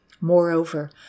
Moreover